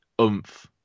oomph